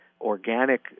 organic